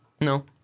No